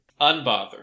Unbothered